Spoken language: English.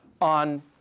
on